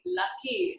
lucky